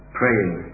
praying